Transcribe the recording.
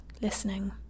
listening